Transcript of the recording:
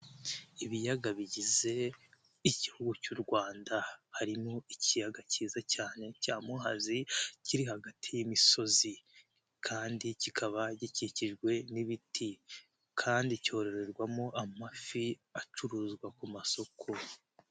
Ibiyaga bigize igihugu cy'u Rwanda, harimo ikiyaga cyiza cyane cya Muhazi kiri hagati y'imisozi kandi kikaba gikikijwe n'ibiti kandi cyororerwamo amafi acuruzwa ku masoko.